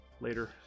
later